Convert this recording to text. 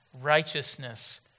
righteousness